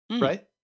right